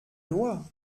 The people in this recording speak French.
loi